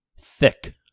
Thick